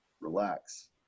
relax